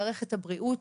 מערכת הבריאות,